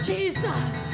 Jesus